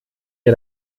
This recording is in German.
dir